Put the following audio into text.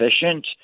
efficient